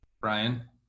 brian